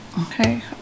okay